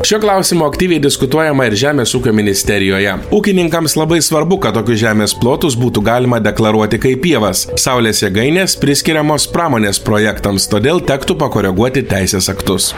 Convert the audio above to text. šiuo klausimu aktyviai diskutuojama ir žemės ūkio ministerijoje ūkininkams labai svarbu kad tokius žemės plotus būtų galima deklaruoti kaip pievas saulės jėgainės priskiriamos pramonės projektams todėl tektų pakoreguoti teisės aktus